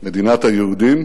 מדינת היהודים,